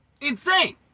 Insane